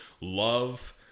love